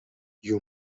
you